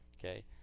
Okay